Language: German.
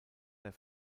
der